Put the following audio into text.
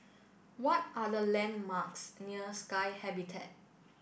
what are the landmarks near Sky Habitat